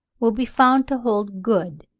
will be found to hold good,